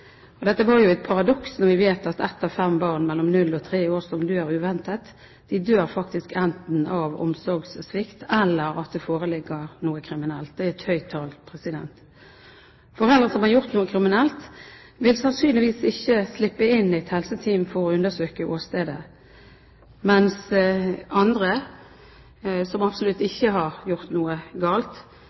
ordning. Dette er et paradoks når vi vet at ett av fem barn mellom null og tre år som dør uventet, enten dør av omsorgssvikt eller fordi det foreligger noe kriminelt. Det er et høyt tall. Foreldre som har gjort noe kriminelt, vil sannsynligvis ikke slippe inn et helseteam for å undersøke åstedet, mens andre, som absolutt ikke har gjort noe galt,